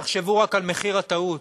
תחשבו רק על מחיר הטעות.